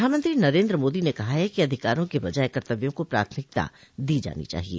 प्रधानमंत्री नरेन्द्र मोदी ने कहा है कि अधिकारों के बजाय कर्तव्यों को प्राथमिकता दी जानी चाहिए